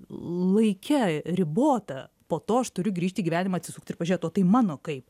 laike ribota po to aš turiu grįžt į gyvenimą atsisukt ir pažiūrėt o tai mano kaip